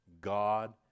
God